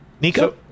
Nico